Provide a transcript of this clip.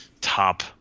top